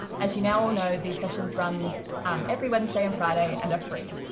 as you know know these sessions run um every wednesday and friday and are free.